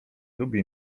lubi